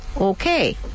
okay